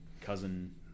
cousin